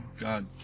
God